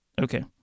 okay